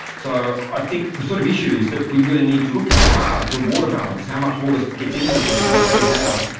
so i think the sort of issues that we really need to look at are the water balance, how much water gets into the pit, how much goes out,